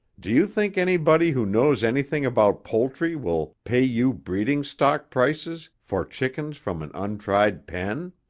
do you think anybody who knows anything about poultry will pay you breeding-stock prices for chickens from an untried pen?